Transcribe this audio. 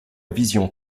vision